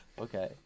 Okay